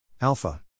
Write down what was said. Alpha